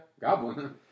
goblin